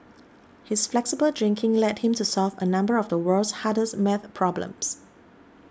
his flexible drinking led him to solve a number of the world's hardest math problems